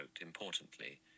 importantly